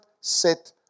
set